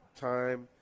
time